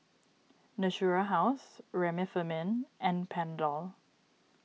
Natura House Remifemin and Panadol